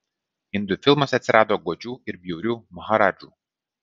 indų filmuose atsirado godžių ir bjaurių maharadžų